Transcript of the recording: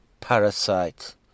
parasite